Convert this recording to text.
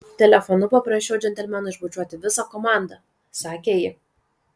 telefonu paprašiau džentelmeno išbučiuoti visą komandą sakė ji